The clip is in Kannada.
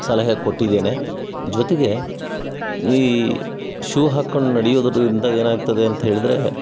ಸಲಹೆ ಕೊಟ್ಟಿದ್ದೇನೆ ಜೊತೆಗೆ ಈ ಶೂ ಹಾಕ್ಕೊಂಡು ನಡಿಯೋದರಿಂದ ಏನಾಗ್ತದೆ ಅಂತ ಹೇಳಿದರೆ